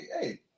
hey